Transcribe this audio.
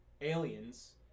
aliens